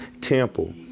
temple